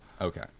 Okay